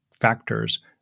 factors